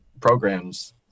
programs